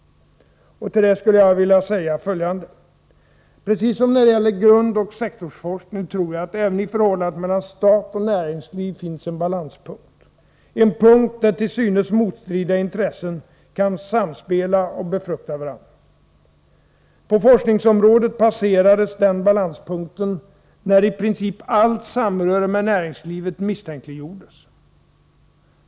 Till det skulle jag vilja säga följande: Precis som när det gäller grundoch sektorsforskningen tror jag att det även i förhållandet mellan stat och näringsliv finns en balanspunkt, en punkt där till synes motstridiga intressen kan samspela och befrukta varandra. På forskningsområdet passerades den balanspunkten när i princip allt samröre med näringslivet misstänkliggjordes.